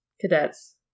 cadets